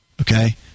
okay